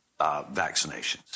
vaccinations